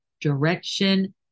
direction